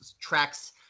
tracks